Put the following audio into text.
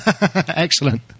Excellent